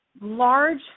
large